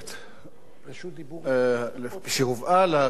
כשהובאה לקריאה הראשונה אמרנו שהיא מיותרת,